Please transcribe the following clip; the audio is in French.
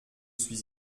suis